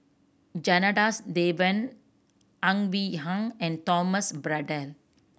Janadas Devan Ang Wei Hang and Thomas Braddell